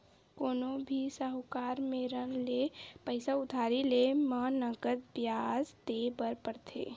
कोनो भी साहूकार मेरन ले पइसा उधारी लेय म नँगत बियाज देय बर परथे